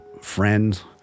friends